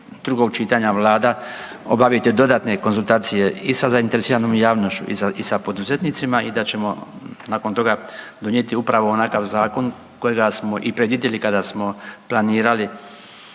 drugog čitanja Vlada obaviti dodatne konzultacije i sa zainteresiranom javnošću i sa poduzetnicima i da ćemo nakon toga donijeti upravo onakav zakon kojega smo i predvidjeli kada smo planirali